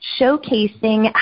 showcasing